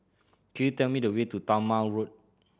could you tell me the way to Talma Road